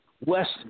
west